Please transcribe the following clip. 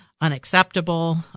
unacceptable